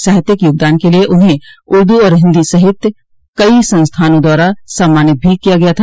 साहित्यिक योगदान के लिये उन्हें उर्दू और हिन्दी सहित कई संस्थाओं द्वारा सम्मानित भी किया गया था